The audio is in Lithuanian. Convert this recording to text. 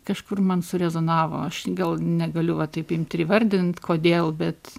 kažkur man surezonavo aš gal negaliu va taip imt ir įvardint kodėl bet